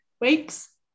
weeks